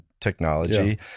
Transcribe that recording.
technology